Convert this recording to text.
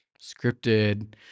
scripted